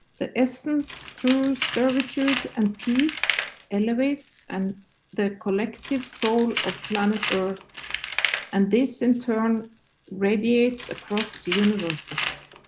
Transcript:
the essence through servitude and peace elevates. and the collective soul of planet earth and this in turn radiates across universes.